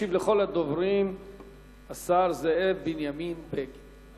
ישיב לכל הדוברים השר זאב בנימין בגין.